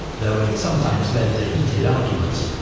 though it sometimes led to heated arguments.